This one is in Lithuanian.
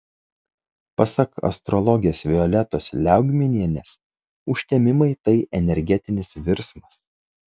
pasak astrologės violetos liaugminienės užtemimai tai energetinis virsmas